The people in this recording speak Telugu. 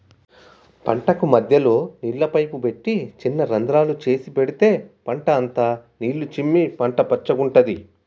పంటకు మధ్యలో నీళ్ల పైపు పెట్టి చిన్న రంద్రాలు చేసి పెడితే పంట అంత నీళ్లు చిమ్మి పంట పచ్చగుంటది